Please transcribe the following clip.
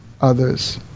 others